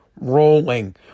rolling